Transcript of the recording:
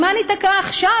עם מה ניתקע עכשיו,